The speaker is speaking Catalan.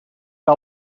que